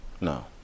No